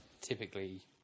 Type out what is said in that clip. typically